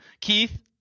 Keith